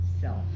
self